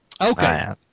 Okay